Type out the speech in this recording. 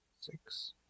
Six